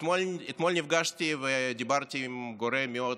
אתמול נפגשתי ודיברתי עם גורם מאוד